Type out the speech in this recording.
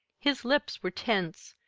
his lips were tense,